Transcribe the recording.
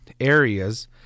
areas